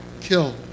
kill